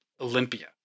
Olympia